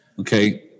Okay